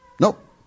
Nope